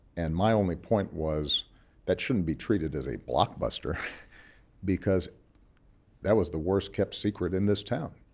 and my only point was that shouldn't be treated as a blockbuster because that was the worst kept secret in this town.